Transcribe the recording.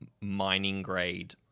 mining-grade